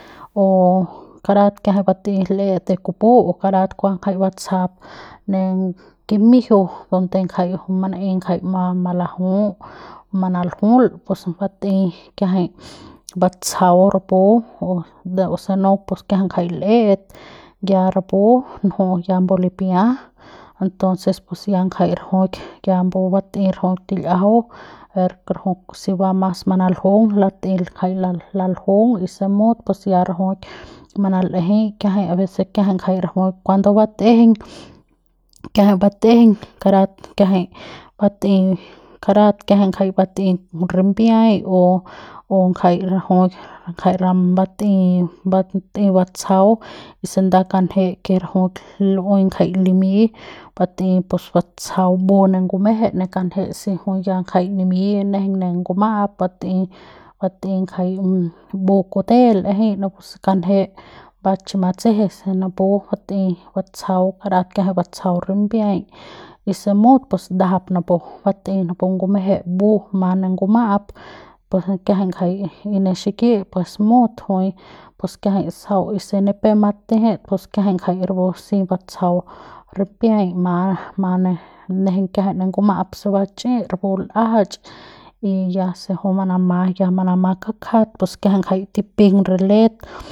O karat kiajay bat'ey l'et re kupu karat kuas kjay batsajap ne kimijiu donde jay juy mana'ey ngajay malaju manaljul pus bat'ey kiajay batsajau rapu o se no pus kiajay l'et ya rapu nju'u ya mbu lipia entonces ya jay rajuik ya mbu bat'ey rajuik til'iajau se va mas manaljung bat'ey jay laljung y se mut pus ya rajuik manal'ejey kiajay abecés kiajay ngajay rajuik cuando bat'jeñ bat'ejeñ karat kiajay bat'ey karat kiajay bat'ey rimbiay o ngajaik rajuik ngajaik bat'ey bat'ey batsajau y se nda kanje que rajuik lu'uey ngajaik limy bat'ey puc batsajau mbu'u ne ngumeje ne kanje se juy ya ngajay nimy y nejeiñ ne nguma'ap bat'ey bat'ey ngajay mbu kute l'ejey napu se kanje va chi matseje se napu bat'ey batsajau karat kiajay batsajau rimbiay y se mut pus ndajap napu bat'ey napu ngumeje mbu ma ne nguma'ap pus kiajay ngajay ne xiki pus mut juy pus kiajay sau si nepep matejet pus kiajay jay rapu si batsajau rimbiay ma ma ne nguma'ap se va chi'i rapu l'ajax y ya se juy manama ya manamat kakjat pus kiajay ya tipi'iñ re let.